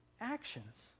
actions